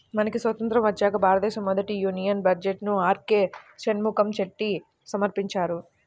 మనకి స్వతంత్రం వచ్చాక భారతదేశ మొదటి యూనియన్ బడ్జెట్ను ఆర్కె షణ్ముఖం చెట్టి సమర్పించారు